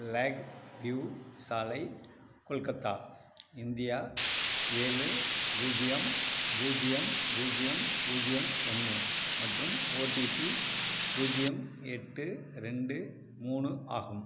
lakh view சாலை Kolkata India ஏழு பூஜ்யம் பூஜ்யம் பூஜ்யம் பூஜ்யம் ஒன்று மற்றும் ஓடிபி பூஜ்யம் எட்டு ரெண்டு மூணு ஆகும்